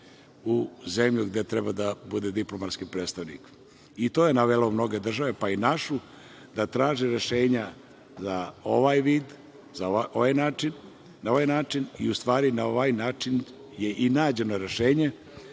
u zemlju gde treba da bude diplomatski predstavnik. To je navelo mnoge države, pa i našu, da traže rešenja na ovaj način i u stvari na ovaj način je i nađeno rešenje